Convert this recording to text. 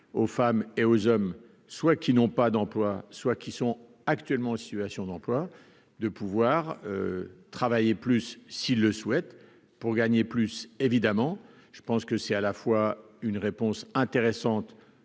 aux femmes et aux hommes, soit qui n'ont pas d'emploi, soit qui sont actuellement en situation d'emploi de pouvoir travailler plus s'ils le souhaitent, pour gagner plus évidemment, je pense que c'est à la fois une réponse intéressante